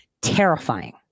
terrifying